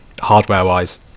hardware-wise